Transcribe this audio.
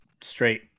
straight